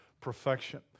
perfection